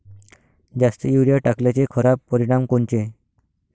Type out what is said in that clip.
जास्त युरीया टाकल्याचे खराब परिनाम कोनचे?